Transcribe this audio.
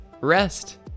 rest